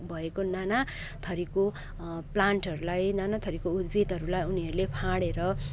भएको नानाथरीको प्लान्टहरूलाई नानाथरीको उद्भिदहरूलाई उनीहरूले फाँडेर